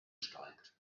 steigt